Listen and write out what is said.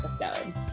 episode